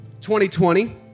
2020